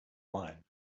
blind